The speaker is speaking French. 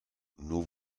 nous